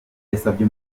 yasabye